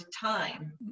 time